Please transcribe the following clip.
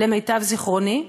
למיטב זכרוני,